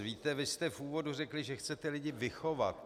Víte, vy jste v úvodu řekli, že chcete lidi vychovat.